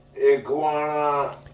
Iguana